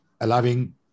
Allowing